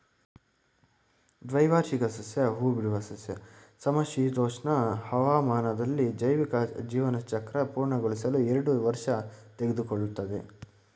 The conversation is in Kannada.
ದ್ವೈವಾರ್ಷಿಕ ಸಸ್ಯ ಹೂಬಿಡುವ ಸಸ್ಯ ಸಮಶೀತೋಷ್ಣ ಹವಾಮಾನದಲ್ಲಿ ಜೈವಿಕ ಜೀವನಚಕ್ರ ಪೂರ್ಣಗೊಳಿಸಲು ಎರಡು ವರ್ಷ ತೆಗೆದುಕೊಳ್ತದೆ